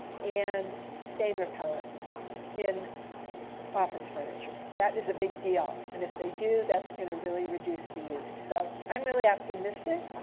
and stain repellents in office furniture. that is a big deal. and if they do, that's going to really reduce the use. so i'm really optimistic.